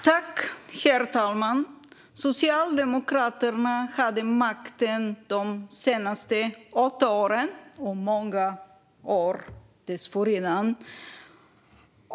Herr talman! Nu senast hade Socialdemokraterna makten i åtta år - och i många år dessförinnan.